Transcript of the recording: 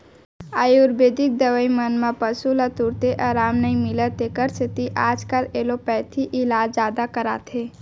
आयुरबेदिक दवई मन म पसु ल तुरते अराम नई मिलय तेकर सेती आजकाल एलोपैथी इलाज जादा कराथें